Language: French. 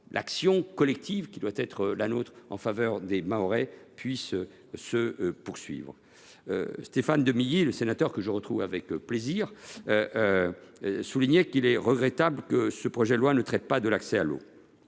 l’action collective qui doit être la nôtre en faveur des Mahorais puisse être poursuivie. Le sénateur Stéphane Demilly, que je retrouve avec plaisir, a souligné qu’il était regrettable que ce projet de loi ne traite pas de l’accès à l’eau.